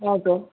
हजुर